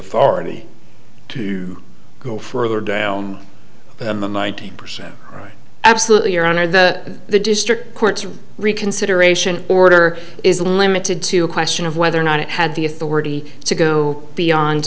authority to go further down the ninety percent right absolutely your honor that the district courts are reconsideration order is limited to a question of whether or not it had the authority to go beyond